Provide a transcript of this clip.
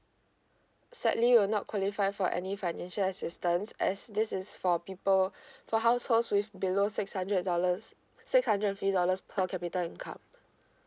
sadly you're not qualify for any financial assistance as this is for people for households with below six hundred dollars six hundred fifty dollars per capita income